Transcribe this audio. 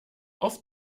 auf